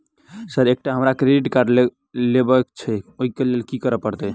Sir एकटा हमरा credit card लेबकै छैय ओई लैल की करऽ परतै?